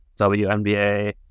WNBA